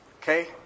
Okay